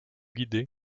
guider